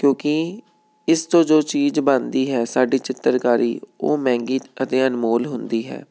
ਕਿਉਂਕਿ ਇਸ ਤੋਂ ਜੋ ਚੀਜ਼ ਬਣਦੀ ਹੈ ਸਾਡੀ ਚਿੱਤਰਕਾਰੀ ਉਹ ਮਹਿੰਗੀ ਅਤੇ ਅਨਮੋਲ ਹੁੰਦੀ ਹੈ